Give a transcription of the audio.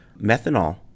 methanol